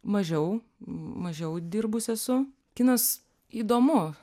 mažiau mažiau dirbus esu kinas įdomu